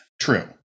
True